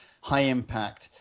high-impact